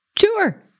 sure